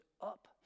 up